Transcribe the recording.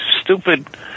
stupid